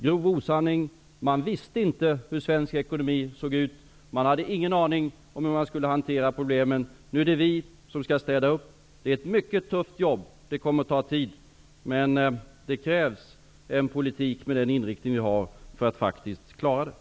Socialdemokraterna visste inte hur svensk industri såg ut. De hade ingen aning om hur de skulle hantera problemen. Nu är det vi som skall städa upp. Det är ett mycket tufft jobb, och det kommer att ta tid. Men det krävs en politik med den inriktning som vi har för att faktiskt klara detta.